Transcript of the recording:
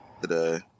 today